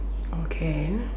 okay